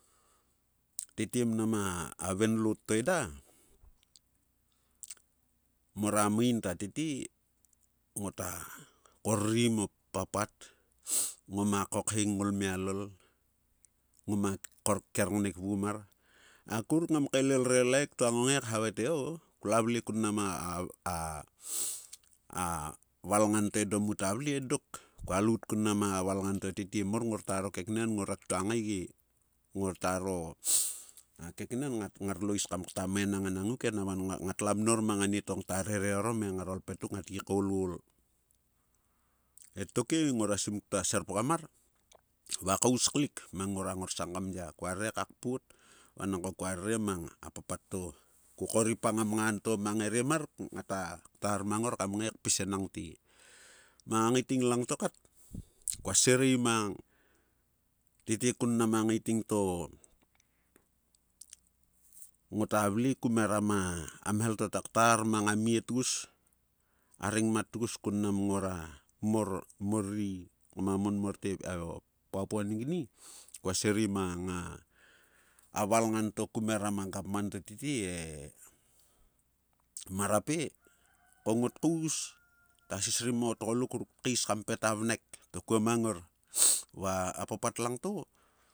Tete mnam a venloot to eda, mor a main ta tete, ngota korrim o papat. ngoma kokheng ngolmialol, ngoma kerngnek vgum mar. akuruk ngam kaelel rela e ktuo ngo ngae khavae te, o-klua vle kun mnam a- valngan to edo muta vle-e. Dok, kua loot kun mnam a valngan to tete met ngorta ro keknen ngora ktua ngae ge. Ngor taro keknen ngat lo is kam kta maenang enang nguke nang va nang ngat la mnor mang anieto ngta rere orom e ngaro lpetuk ngat gi kaolol. E toke ngora sim ktua serpgam mar, va kaus klik mang ngora ngorsang kam ya. Kua rere ka kpot vanangko kua rere mang a papat to ko koripang a mgan to mang eriemar ngata ktar mang ngor kam ngae kpis enanget. Mnag a ngaiting langta kat kua sirei mang. Tete kun mnam a ngaiting to, ngota vle kumeram a mhel tota kter mang a mie tgus. a rengmat tgus kun mnam ngora morri ngma mon mor te papua new guinea, kua sirei mang a valngan to ku meram a gavman to tete, e marape ko ngot kaus, ta sisrim o tgo luk ruk tkais kam pet a vnek to kuo mang ngor, va a papat langto